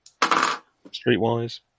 Streetwise